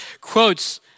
quotes